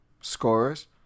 scorers